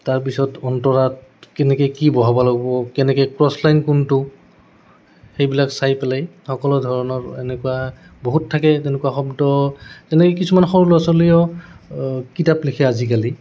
তাৰপিছত অন্তৰাত কেনেকে কি বঢ়াব লাগব কেনেকে ক্ৰছলাইন কোনটো সেইবিলাক চাই পেলাই সকলো ধৰণৰ এনেকুৱা বহুত থাকে তেনেকুৱা শব্দ তেনেকে কিছুমান সৰু ল'ৰা ছোৱালীয়ে কিতাপ লিখে আজিকালি